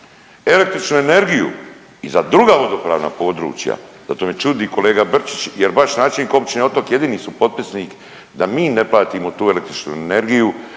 električnu energiju i za druga vodopravna područja, zato me čudi kolega Brčić jer vaš načelnik Općine Otok je jedini supotpisnik da mi ne platimo tu električnu energiju